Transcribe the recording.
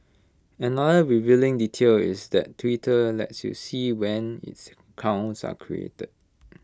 another revealing detail is that Twitter lets you see when its accounts are created